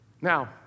Now